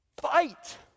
fight